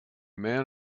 man